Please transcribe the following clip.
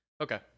Okay